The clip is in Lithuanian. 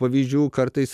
pavyzdžių kartais